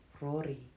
Rory